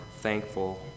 thankful